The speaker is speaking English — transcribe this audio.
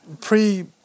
pre